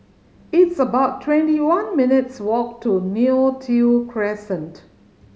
it's about twenty one minutes' walk to Neo Tiew Crescent